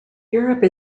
europe